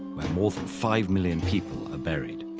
where more than five million people are buried.